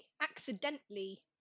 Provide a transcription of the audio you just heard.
accidentally